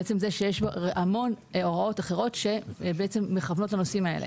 מעצם זה שיש המון הוראות אחרות שמכוונות לנושאים האלה.